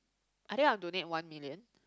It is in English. I think I'll donate one million